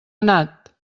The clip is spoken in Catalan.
anat